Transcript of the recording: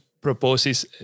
proposes